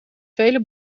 vele